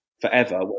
forever